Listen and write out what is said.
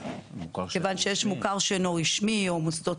כיוון שיש מוכר שאינו רשמי או מוסדות